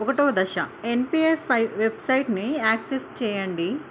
ఒకటవ దశ ఎన్పీఎస్ ఫై వెబ్సైట్ని యాక్సస్ చేయండి